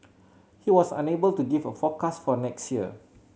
he was unable to give a forecast for next year